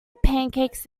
pancakes